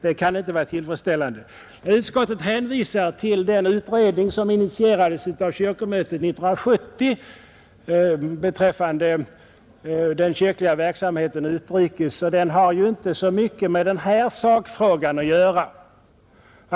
Det kan inte vara en tillfredställande ordning. Utskottet hänvisar nu till den utredning rörande den kyrkliga verksamheten utrikes som initierades av kyrkomötet 1970, men den utredningen har inte mycket med den här sakfrågan att göra.